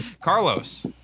Carlos